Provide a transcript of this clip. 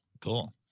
Cool